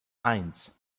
eins